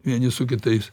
vieni su kitais